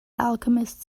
alchemist